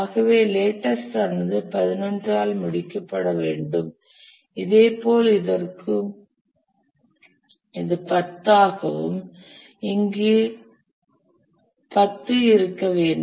ஆகவே லேட்டஸ்ட் ஆனது11 ஆல் முடிக்கப்பட வேண்டும் இதேபோல் இதற்கும் இது 10 ஆகவும் இங்கு 10 இருக்க வேண்டும்